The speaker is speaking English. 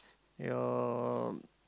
your